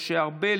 משה ארבל,